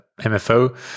MFO